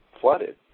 flooded